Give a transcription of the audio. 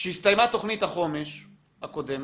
כשהסתיימה תכנית החומש הקודמת,